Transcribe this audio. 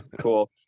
cool